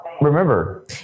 remember